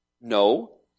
No